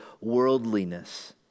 worldliness